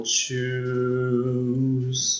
choose